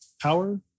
Power